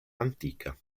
antica